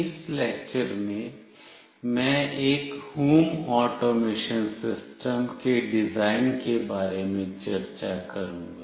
इस लेक्चर में मैं एक होम ऑटोमेशन सिस्टम के डिजाइन के बारे में चर्चा करूंगा